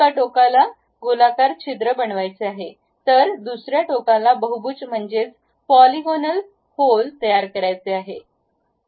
एका टोकाला गोलाकार छिद्र बनवायचे आहे तर दुसर्या टोकाला बहुभुज म्हणजेच पॉली गोंनल होल तयार करायचे आहे